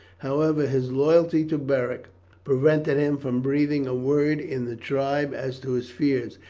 however, his loyalty to beric prevented him from breathing a word in the tribe as to his fears,